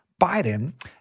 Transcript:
Biden